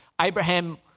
Abraham